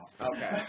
Okay